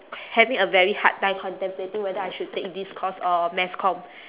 having a very hard time contemplating whether I should take this course or mass comm